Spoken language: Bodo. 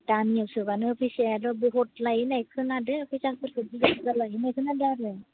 दामियाव सोब्लानो फैसायाथ' बहुद लायो होननाय खोनादो फैसाफोरखो बुरजा बुरजा लायो होनना खोनादो आरो